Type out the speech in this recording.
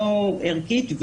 לא ערכית,